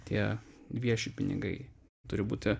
tie vieši pinigai turi būti